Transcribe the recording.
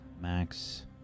Max